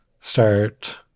start